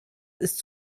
ist